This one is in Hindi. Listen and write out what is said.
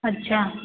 अच्छा